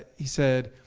he said,